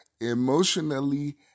emotionally